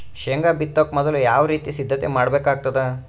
ಶೇಂಗಾ ಬಿತ್ತೊಕ ಮೊದಲು ಯಾವ ರೀತಿ ಸಿದ್ಧತೆ ಮಾಡ್ಬೇಕಾಗತದ?